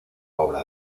obra